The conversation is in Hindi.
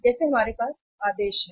जैसे हमारे पास आदेश हैं